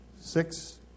six